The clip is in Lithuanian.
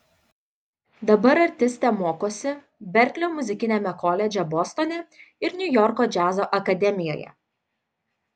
dabar artistė mokosi berklio muzikiniame koledže bostone ir niujorko džiazo akademijoje